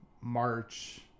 March